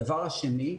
הדבר השני,